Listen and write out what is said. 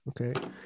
okay